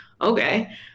okay